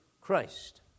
Christ